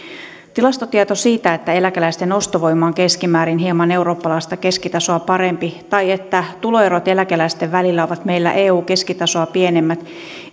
tilastotieto siitä että eläkeläisten ostovoima on keskimäärin hieman eurooppalaista keskitasoa parempi tai että tuloerot eläkeläisten välillä ovat meillä eu keskitasoa pienemmät